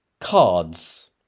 cards